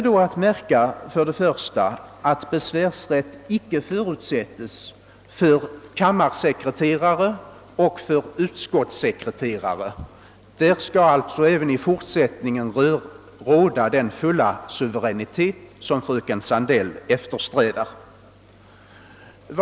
Det är då att märka att besvärsrätt icke förutsätts för kammarsekreterare och för utskottssekreterare — därvidlag skulle alltså även i fortsättningen råda den fulla suveränitet som fröken Sandell eftersträvar.